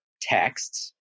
texts